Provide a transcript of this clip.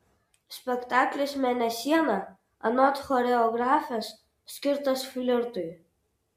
spektaklis mėnesiena anot choreografės skirtas flirtui